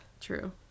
true